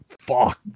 fuck